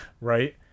right